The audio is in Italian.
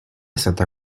stata